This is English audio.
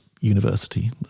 university